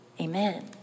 Amen